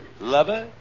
lover